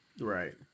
Right